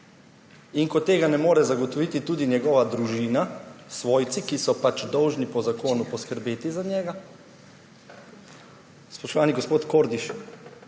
in ko tega ne more zagotoviti tudi njegova družina, svojci, ki so pač dolžni po zakonu poskrbeti za njega, spoštovani gospod Kordiš,